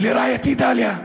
לרעייתי דליה,